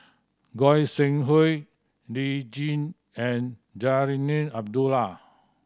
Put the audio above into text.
Goi Seng Hui Lee Tjin and Zarinah Abdullah